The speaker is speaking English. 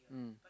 mm